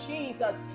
Jesus